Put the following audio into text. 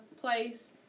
place